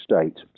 state